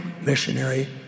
missionary